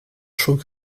chaud